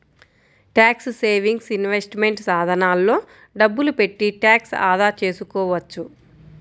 tax saving investment సాధనాల్లో డబ్బులు పెట్టి ట్యాక్స్ ఆదా చేసుకోవచ్చు